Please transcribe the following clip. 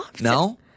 No